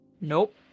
Nope